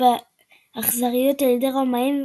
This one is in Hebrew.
באכזריות על ידי הרומאים,